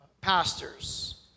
pastors